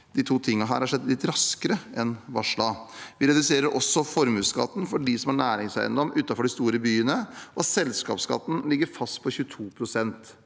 Disse to tingene har skjedd litt raskere enn varslet. Vi reduserer også formuesskatten for dem som har næringseiendom utenfor de store byene, og selskapsskatten ligger fast på 22 pst.